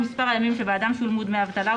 מספר הימים שבעדם שולמו דמי אבטלה,